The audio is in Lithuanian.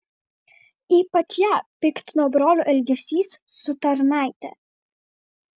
ypač ją piktino brolio elgesys su tarnaite